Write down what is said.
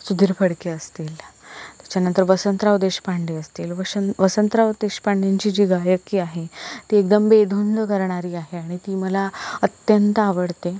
सुधीर फडके असतील त्याच्यानंतर वसंतराव देशपांडे असतील वशं वसंतराव देशपांडेंची जी गायकी आहे ती एकदम बेधुंद करणारी आहे आणि ती मला अत्यंत आवडते